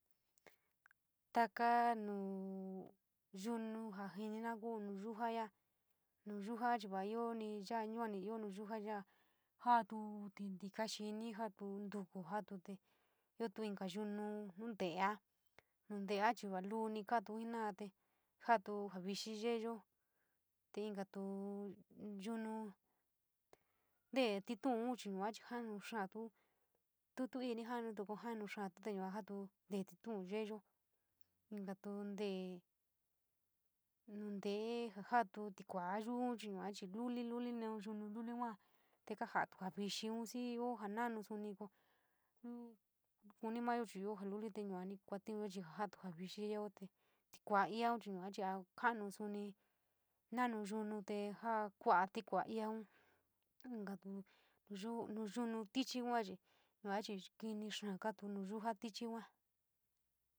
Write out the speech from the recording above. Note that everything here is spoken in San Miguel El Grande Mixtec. Taka nu yunu ja jinira ku nuyuja, nu yujá chi vaiionii ya, yuani ío nu guja yaa, joo io tininte xinp, joo io tinsku teio tuo inka yunu nunteea, nuntea va luunp kaato jena te jatu sou vixi yeeyo te inka tu yunu tele tinin chi yua chi saanu aaa to, tuto ini np jaanou kouo enou xantu yuu jaano inke tihuun yeeiyo, inka tee yuun tee laa jatou tiku yuu chi yua chii luli, luli nou yuu lulo yuu te kaja to sa vixi xii; io ia naanou sonp koo ia koto mayo chi io jaliot te yuu np kauinuo chi poi satu ia vixi io te, tikua ia chi yaachj ganou soni nono yunu te jao kouati koualou in koutu no nou yono tinit yoari yua chi kou kini kaato nu yuja tichi yua.